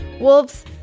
wolves